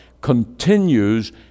continues